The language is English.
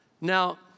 Now